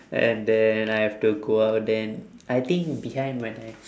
and then I have to go out then I think behind when I